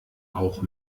auch